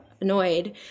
annoyed